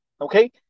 okay